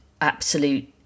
absolute